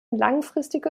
langfristige